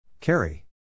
Carry